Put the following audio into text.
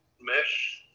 mesh